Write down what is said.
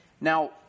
Now